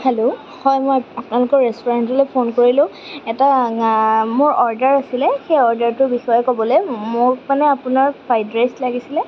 hello হয় মই আপোনালোকৰ ৰেষ্টুৰেণ্টলৈ ফোন কৰিলোঁ এটা মোৰ অৰ্ডাৰ আছিলে সেই অৰ্ডাৰটোৰ বিষয়ে ক'বলৈ মোক মানে আপোনাৰ ফ্ৰাইড ৰাইচ লাগিছিলে